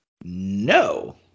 No